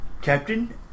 captain